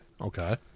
Okay